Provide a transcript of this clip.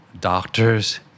doctors